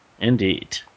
Indeed